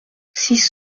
six